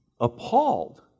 Appalled